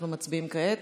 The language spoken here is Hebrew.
אנחנו מצביעים כעת.